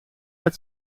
uit